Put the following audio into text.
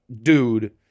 dude